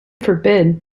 forbid